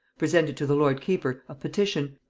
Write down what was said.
presented to the lord keeper a petition,